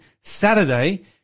Saturday